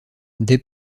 des